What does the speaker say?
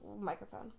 microphone